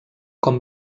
com